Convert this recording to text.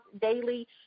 daily